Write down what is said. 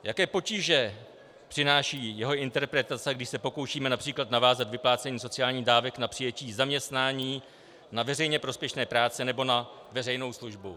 Jaké potíže přináší jeho interpretace, když se pokoušíme např. navázat vyplácení sociálních dávek na přijetí zaměstnání, na veřejně prospěšné práce nebo na veřejnou službu.